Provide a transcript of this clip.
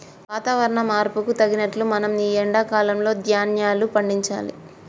వాతవరణ మార్పుకు తగినట్లు మనం ఈ ఎండా కాలం లో ధ్యాన్యాలు పండించాలి